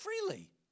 freely